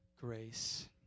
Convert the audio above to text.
grace